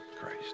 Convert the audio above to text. Christ